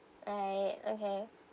right okay